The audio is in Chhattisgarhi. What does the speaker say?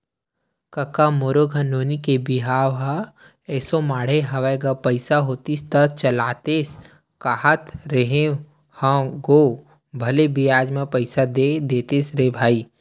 कका मोर घर नोनी के बिहाव ह एसो माड़हे हवय गा पइसा होतिस त चलातेस कांहत रेहे हंव गो भले बियाज म पइसा दे देतेस रे भई